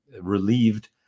relieved